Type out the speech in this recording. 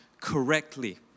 correctly